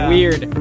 Weird